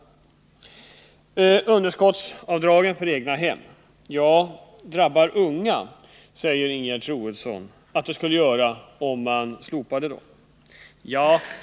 Ett slopande av underskottsavdragen för egnahem drabbar unga människor, säger Ingegerd Troedsson.